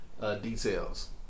details